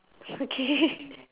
okay